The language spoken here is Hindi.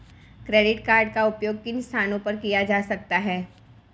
क्रेडिट कार्ड का उपयोग किन स्थानों पर किया जा सकता है?